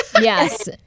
Yes